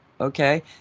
Okay